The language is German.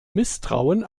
misstrauen